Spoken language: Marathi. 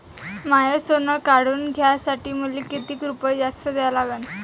माय सोनं काढून घ्यासाठी मले कितीक रुपये जास्त द्या लागन?